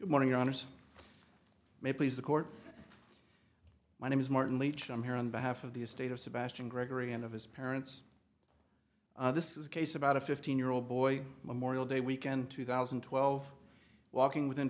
morning honors may please the court my name is martin leach i'm here on behalf of the estate of sebastian gregory and of his parents this is a case about a fifteen year old boy memorial day weekend two thousand and twelve walking within